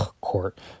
court